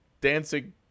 dancing